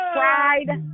Pride